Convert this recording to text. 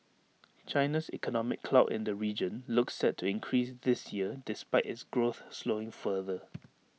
China's economic clout in the region looks set to increase this year despite its growth slowing further